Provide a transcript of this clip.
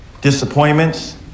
Disappointments